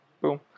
boom